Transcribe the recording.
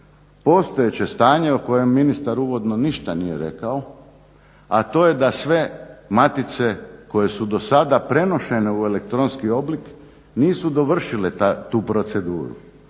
postojeće stanje o kojem ministar uvodno ništa nije rekao, a to je da sve matice koje su do sada prenošene u elektronski oblik nisu dovršile tu proceduru